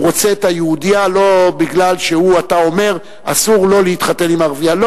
רוצה את היהודייה לא משום שאתה אומר שאסור לו להתחתן עם ערבייה.